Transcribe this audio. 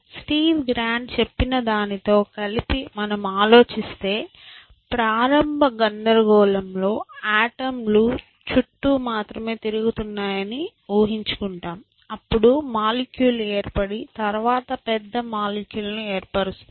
Steve Grand చెప్పినదానితో కలిపి మనం ఆలోచిస్తే ప్రారంభ గందరగోళంలో ఆటంలు చుట్టూ మాత్రమే తిరుగుతున్నాయని ఊహించుకోండి అప్పుడు మాలిక్యూల్ లు ఏర్పడి తర్వాత పెద్ద మాలిక్యూల్ లను ఏర్పరుస్తాయి